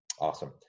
Awesome